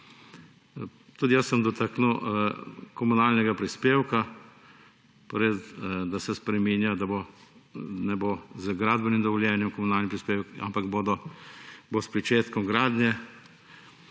Tudi jaz se bom dotaknil komunalnega prispevka, da se spreminja, da ne bo z gradbenim dovoljenjem komunalni prispevki, ampak bo s pričetkom gradnje.